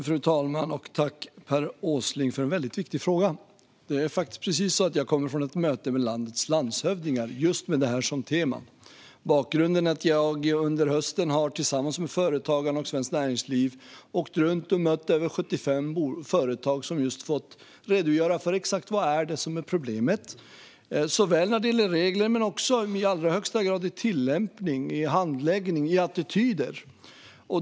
Fru talman! Tack, Per Åsling, för en väldigt viktig fråga! Jag kommer faktiskt precis från ett möte med landets landshövdingar med just detta som tema. Bakgrunden är att jag under hösten tillsammans med Företagarna och Svenskt Näringsliv har åkt runt och mött över 75 företag som fått redogöra för exakt vad som är problemet. Det har gällt regler men också i allra högsta grad tillämpning, handläggning och attityder.